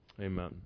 Amen